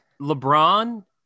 LeBron